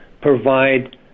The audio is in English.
provide